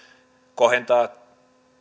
kohentaa